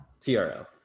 TRL